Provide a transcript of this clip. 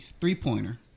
three-pointer